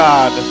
God